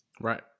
Right